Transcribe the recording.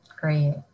Great